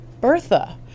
Bertha